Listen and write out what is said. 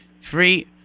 free